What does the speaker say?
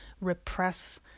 repress